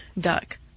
duck